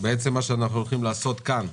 מה שאנחנו הולכים לעשות כאן,